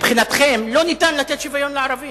מבחינתכם לא ניתן לתת שוויון לערבים.